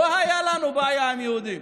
לא הייתה לנו בעיה עם יהודים.